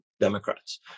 Democrats